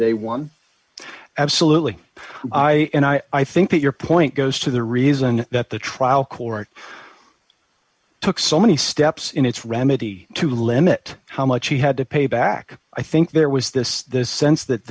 day one absolutely i and i think that your point goes to the reason that the trial court took so many steps in its remedy to limit how much he had to pay back i think there was this this sense that